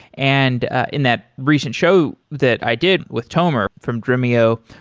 and in that recent show that i did with tomer from dremio,